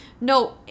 no